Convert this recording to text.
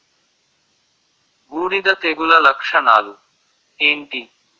బూడిద తెగుల లక్షణాలు ఏంటి?